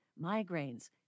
migraines